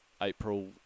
April